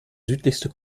südlichste